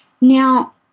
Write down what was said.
Now